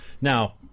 now